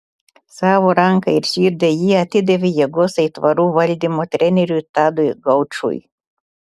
savo ranką ir širdį ji atidavė jėgos aitvarų valdymo treneriui tadui gaučui